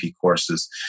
courses